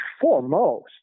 foremost